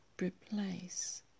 replace